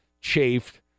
chafed